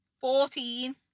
Fourteen